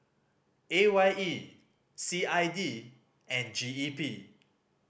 A Y E C I D and G E P